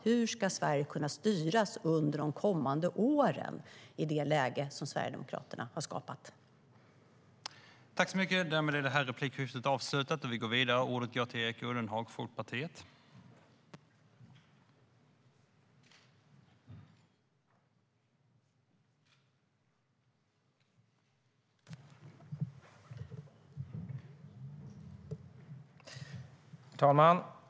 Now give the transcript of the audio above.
Hur ska Sverige kunna styras under de kommande åren i det läge som Sverigedemokraterna har skapat?